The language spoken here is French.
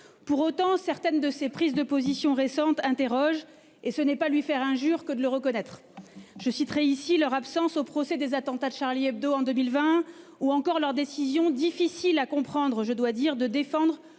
Pour autant, certaines de ses prises de position récentes interrogent, et ce n'est pas lui faire injure que de le reconnaître. Je citerai par exemple son absence au procès des attentats de en 2020, ou encore sa décision, difficile à comprendre, de défendre